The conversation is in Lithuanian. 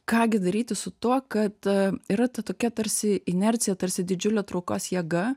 ką gi daryti su tuo kad yra ta tokia tarsi inercija tarsi didžiulė traukos jėga